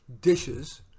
dishes